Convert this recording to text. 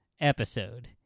episode